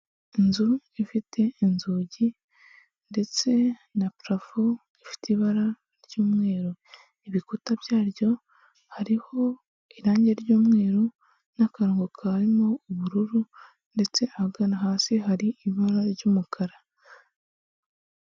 Inzu ifite inzugi ndetse na parafo ifite ibara ry'umweru ibikuta byaryo hariho irangi ry'umweru n'akarongo karimo ubururu ndetse ahagana hasi hari ibara ry'umukara.